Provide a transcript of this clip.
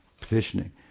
petitioning